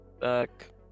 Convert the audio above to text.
Back